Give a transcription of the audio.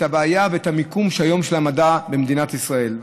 הבעיה ואת המיקום היום של המדע במדינת ישראל.